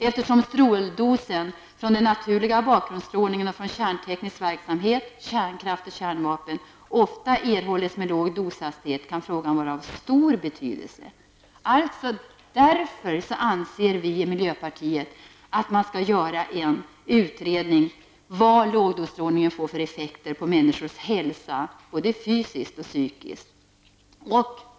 Eftersom stråldosen som är den naturliga bakgrundsstrålningen vid kärnteknisk verksamhet -- kärnkraft och kärnvapen -- ofta erhålls med låg doshastighet kan frågan vara av stor betydelse, heter det. Därför anser vi i miljöpartiet att man skall göra en utredning för att ta reda på vilka effekter lågdosstrålningen får på människors hälsa både fysiskt och psykiskt.